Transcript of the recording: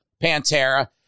Pantera